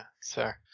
sir